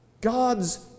God's